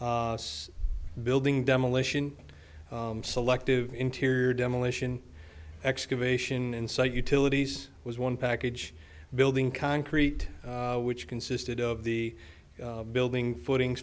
us building demolition selective interior demolition excavation in site utilities was one package building concrete which consisted of the building footing